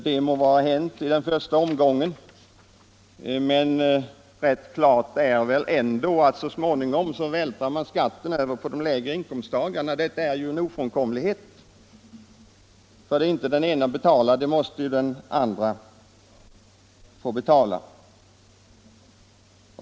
Det må vara att det är så i den första omgången, men klart är väl ändå att man så småningom vältrar över skattebördan på de lägre inkomsttagarna. Det är ju en ofrånkomlighet, därför att det den ene inte betalar måste den andre betala.